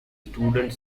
student